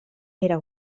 era